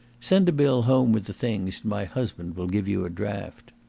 send a bill home with the things, and my husband will give you a draft.